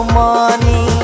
money